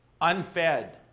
unfed